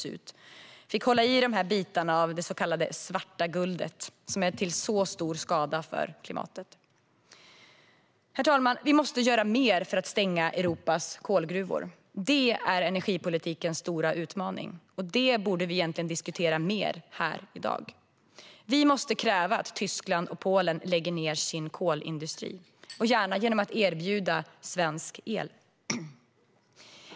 Jag fick hålla i bitar av det så kallade svarta guldet, som är till sådan stor skada för klimatet. Herr talman! Vi måste göra mer för att stänga Europas kolgruvor. Detta är energipolitikens stora utmaning, och det borde vi egentligen diskutera mer här i dag. Vi måste kräva att Tyskland och Polen lägger ned sin kolindustri, gärna genom att erbjuda dem svensk el.